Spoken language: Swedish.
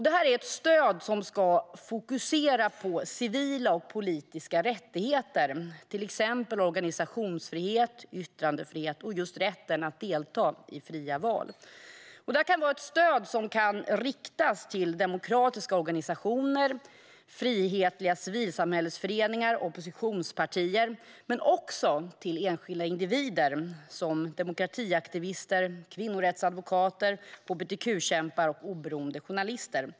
Det är ett stöd som ska fokusera på civila och politiska rättigheter, till exempel organisationsfrihet, yttrandefrihet och rätten att delta i fria val. Det ska vara ett stöd som kan riktas till demokratiska organisationer, frihetliga civilsamhällesföreningar och oppositionspartier men också till enskilda individer, såsom demokratiaktivister, kvinnorättsadvokater, hbtq-kämpar och oberoende journalister.